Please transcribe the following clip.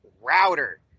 router